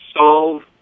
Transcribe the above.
solve